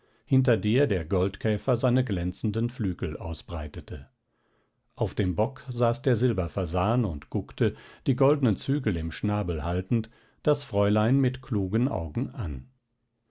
hinter der der goldkäfer seine glänzenden flügel ausbreitete auf dem bock saß der silberfasan und guckte die goldnen zügel im schnabel haltend das fräulein mit klugen augen an